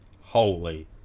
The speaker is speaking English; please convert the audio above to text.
holy